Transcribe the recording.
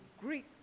Greek